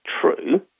true—